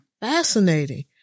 Fascinating